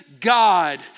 God